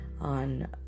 on